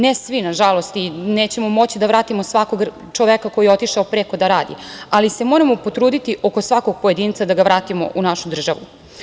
Nažalost, ne svi i nećemo moći da vratimo svakog čoveka koji je otišao preko da radi, ali se moramo potruditi oko svakog pojedinca da ga vratimo u našu državu.